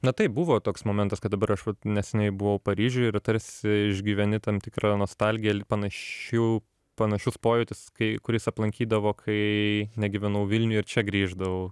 na taip buvo toks momentas kad dabar aš vat neseniai buvau paryžiuj ir tarsi išgyveni tam tikrą nostalgiją il panašių panašus pojūtis kai kuris aplankydavo kai negyvenau vilniuj ir čia grįždavau